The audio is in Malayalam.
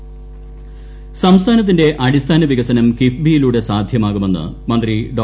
തോമസ് ഐസക് സംസ്ഥാനത്തിന്റെ അടിസ്ഥാന വികസനം കിഫ്ബിയിലൂടെ സാധ്യമാകുമെന്ന് മന്ത്രി ഡോ